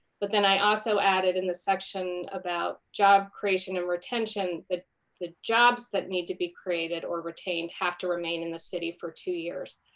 but then i also added in the section about job creation and retention the the jobs that need to be created or retained have to remain in the city for two years.